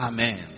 Amen